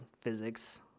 physics